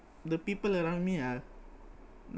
the people around me are